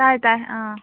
ꯇꯥꯏ ꯇꯥꯏ ꯑꯥ